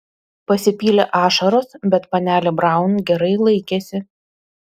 pasipylė ašaros bet panelė braun gerai laikėsi